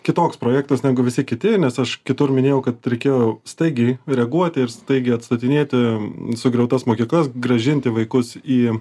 kitoks projektas negu visi kiti nes aš kitur minėjau kad reikėjo staigiai reaguoti ir staigiai atstatinėti sugriautas mokyklas grąžinti vaikus į